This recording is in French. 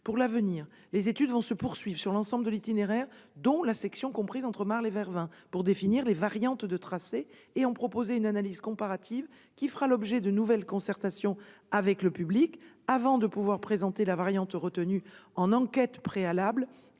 Pour l'avenir, les études vont se poursuivre sur l'ensemble de l'itinéraire, dont la section comprise entre Marle et Vervins, pour définir les variantes de tracés et proposer une analyse comparative qui fera l'objet de nouvelles concertations avec le public, avant de pouvoir présenter la variante retenue en enquête préalable